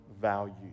value